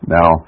Now